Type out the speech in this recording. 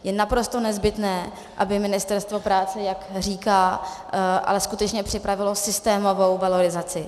Je naprosto nezbytné, aby Ministerstvo práce, jak říká, skutečně připravilo systémovou valorizaci.